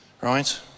Right